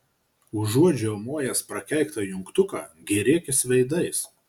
užuot žiaumojęs prakeiktą jungtuką gėrėkis veidais